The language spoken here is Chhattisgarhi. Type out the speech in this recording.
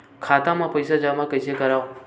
खाता म पईसा जमा कइसे करव?